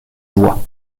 joie